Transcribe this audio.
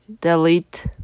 Delete